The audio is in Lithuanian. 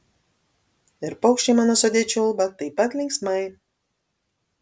ir paukščiai mano sode čiulba taip pat linksmai